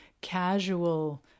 casual